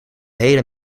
hele